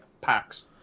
packs